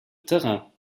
terrain